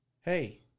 hey